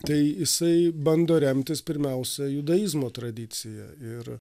tai jisai bando remtis pirmiausia judaizmo tradicija ir